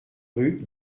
rue